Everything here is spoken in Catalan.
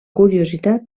curiositat